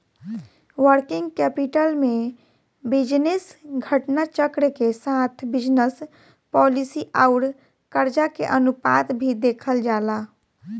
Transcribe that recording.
working capital में business घटना चक्र के साथ बिजनस पॉलिसी आउर करजा के अनुपात भी देखल जाला